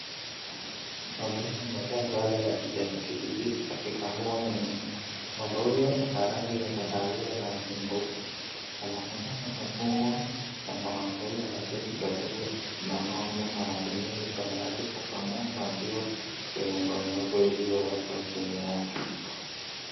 Mwanaume amevaa sare za kijani kibichi akikamua ng'ombe. Ngombe huyo ana rangi ya kahawia naingine tofauti, inaonekana umefungwa na mwanamke huyo anakiatu cha asubuhi na ngome na anatumia mikono yake kukamua maziwa kwenye ndoo nyeupe iliyo wekwa chini yake.